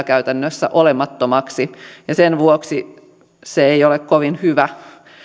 käytännössä olemattomaksi sen vuoksi se ei ole kovin hyvä